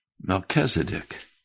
Melchizedek